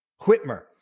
Whitmer